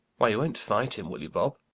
why, you won't fight him will you, bob?